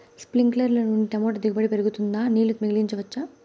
స్ప్రింక్లర్లు నుండి టమోటా దిగుబడి పెరుగుతుందా? నీళ్లు మిగిలించవచ్చా?